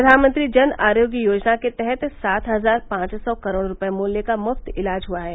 प्रधानमंत्री जन आरोग्य योजना के तहत सात हजार पांच सौ करोड़ रुपये मूल्य का मुफ्त इलाज हुआ है